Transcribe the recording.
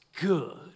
good